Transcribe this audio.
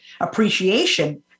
appreciation